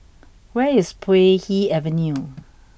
where is Puay Hee Avenue